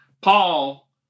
paul